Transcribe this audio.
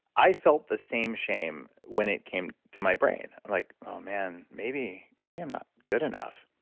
i felt the same shame when it came to my brain like, oh, man, maybe maybe i'm not good enough,